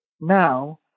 Now